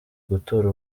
gukora